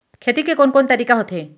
खेती के कोन कोन तरीका होथे?